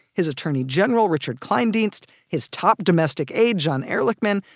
his attorney general richard kleindienst, his top domestic aide john ehrlichman.